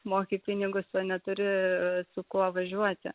moki pinigus o neturi su kuo važiuoti